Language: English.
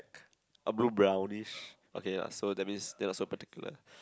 uh blue brownish okay ya so that means they not so particular